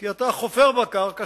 כי אתה חופר בקרקע,